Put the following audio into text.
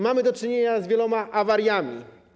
Mamy do czynienia z wieloma awariami.